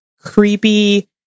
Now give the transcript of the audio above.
creepy